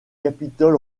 capitol